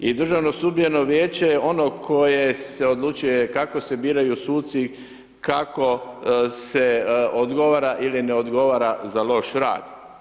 I Državno sudbeno vijeće je ono koje se odlučuje kako se biraju suci, kako se odgovara ili ne odgovara za loš rad.